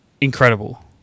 incredible